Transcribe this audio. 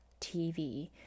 TV